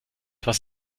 was